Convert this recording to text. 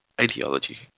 ideology